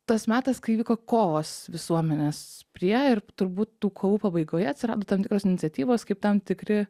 tas metas kai vyko kovos visuomenės prie ir turbūt tų kovų pabaigoje atsirado tam tikros iniciatyvos kaip tam tikri